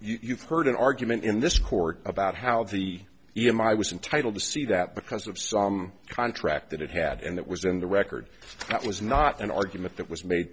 you've heard an argument in this court about how the e m i was entitled to see that because of some contract that it had and that was in the record that was not an argument that was made